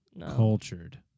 cultured